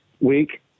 week